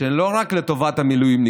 שהן לא רק לטובת המילואימניקים,